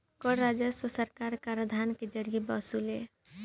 कर राजस्व सरकार कराधान के जरिए वसुलेले